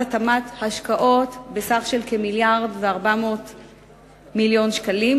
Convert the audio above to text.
התמ"ת השקעות בסך של כ-1.4 מיליארד שקלים,